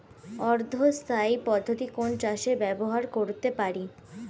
অর্ধ স্থায়ী পদ্ধতি কোন চাষে ব্যবহার করতে পারি?